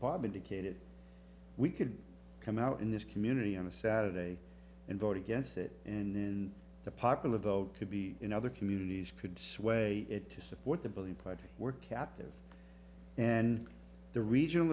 bob indicated we could come out in this community on a saturday and vote against it and the popular vote could be in other communities could sway it to support the bill the party were captive and the regional